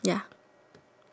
ya